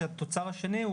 שהתוצר השני,